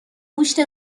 گوشت